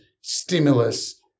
stimulus